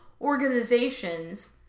organizations